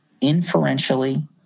inferentially